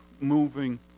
moving